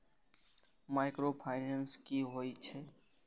Micro finance कि होई छै?